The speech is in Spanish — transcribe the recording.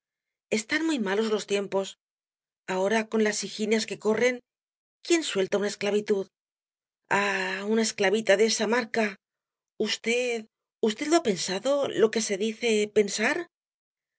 están muy malos los tiempos ahora con las higinias que corren quién suelta una esclavitud ah una esclavita de esa marca v v lo ha pensado lo que se dice pensar